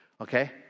Okay